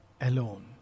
alone